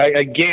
again